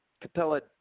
Capella